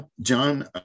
John